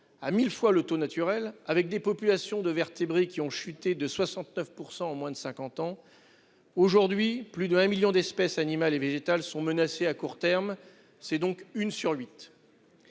à 1000 fois le taux naturel avec des populations de vertébrés qui ont chuté de 69% en moins de 50 ans. Aujourd'hui, plus de un million d'espèces animales et végétales sont menacées à court terme. C'est donc une sur 8.